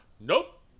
Nope